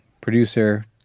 producer